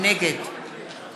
נגד